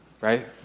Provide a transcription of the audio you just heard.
right